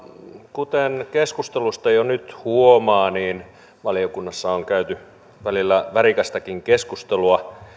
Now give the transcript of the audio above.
kuten keskustelusta jo nyt huomaa niin valiokunnassa on käyty välillä värikästäkin keskustelua